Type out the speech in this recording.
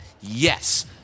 yes